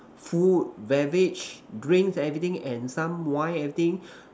food beverage drinks everything and some wine everything